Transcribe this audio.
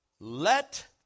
Let